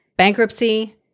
Bankruptcy